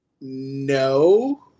No